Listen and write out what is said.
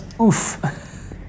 Oof